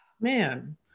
Man